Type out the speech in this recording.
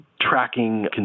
tracking